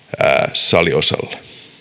saliosalle